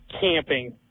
camping